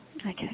Okay